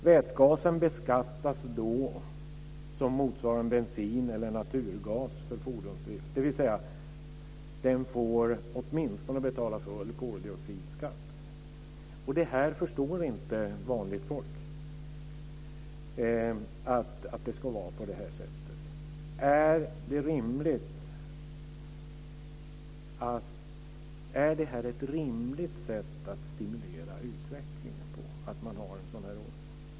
Vätgas beskattas då som motsvarande bensin eller naturgas för fordonsdrift, dvs. den får åtminstone betala full koldioxidskatt. Vanligt folk förstår inte att det ska vara på det här sättet. Är det ett rimligt sätt att stimulera utvecklingen på att man har en sådan här ordning?